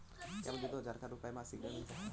क्या मुझे दो हज़ार रुपये मासिक ऋण मिल सकता है?